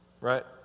right